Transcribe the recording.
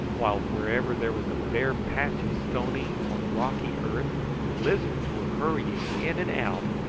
while wherever there was a bare patch of stony or rocky earth lizards were hurrying in and out,